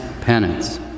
penance